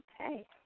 Okay